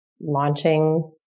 launching